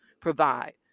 provide